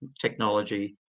technology